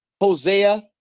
hosea